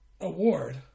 award